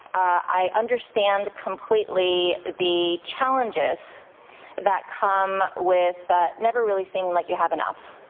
i understand completely the challenges that come with never really seeing like you have enough.